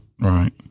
Right